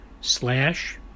slash